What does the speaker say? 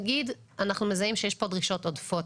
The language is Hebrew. נגיד אנחנו מזהים שיש כאן דרישות עודפות.